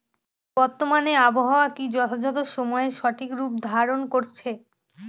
বর্তমানে আবহাওয়া কি যথাযথ সময়ে সঠিক রূপ ধারণ করছে?